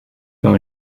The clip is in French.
par